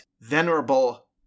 venerable